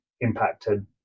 impacted